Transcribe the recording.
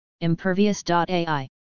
Impervious.ai